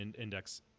index